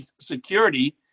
security